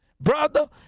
Brother